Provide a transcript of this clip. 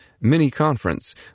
mini-conference